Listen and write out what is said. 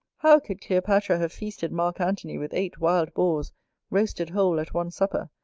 how could cleopatra have feasted mark antony with eight wild boars roasted whole at one supper,